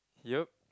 yup